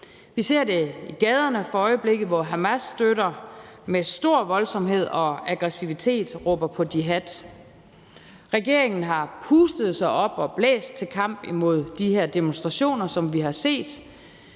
Vi ser det i gaderne for øjeblikket, hvor Hamasstøtter med stor voldsomhed og aggressivitet råber på jihad. Regeringen har pustet sig op og blæst til kamp imod de her demonstrationer, som vi har set.